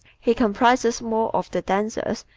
he comprises more of the dancers,